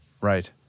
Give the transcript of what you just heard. Right